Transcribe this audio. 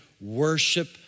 worship